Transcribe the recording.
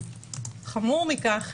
חמור מכך,